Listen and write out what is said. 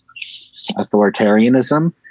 authoritarianism